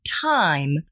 time